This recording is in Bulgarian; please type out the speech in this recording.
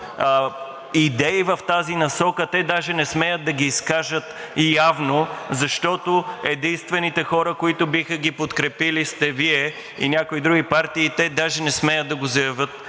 идеи в тази насока, те даже не смеят да ги изкажат явно, защото единствените хора, които биха ги подкрепили, сте Вие и някои други партии и те даже не смеят да го заявят